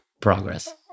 progress